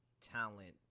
talent